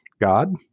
God